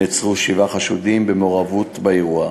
נעצרו שבעה חשודים במעורבות באירוע.